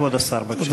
כבוד השר, בבקשה.